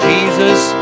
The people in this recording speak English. Jesus